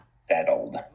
settled